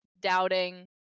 doubting